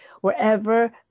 Wherever